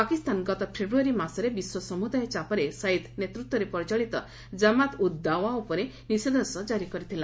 ପାକିସ୍ତାନ ଗତ ଫେବୃୟାରୀ ମାସରେ ବିଶ୍ୱ ସମୁଦାୟ ଚାପରେ ସୟିଦ୍ ନେତୃତ୍ୱରେ ପରିଚାଳିତ ଜମାତ୍ ଉଦ୍ ଦାୱା ଉପରେ ନିଷେଧାଦେଶ ଜାରି କରିଥିଲା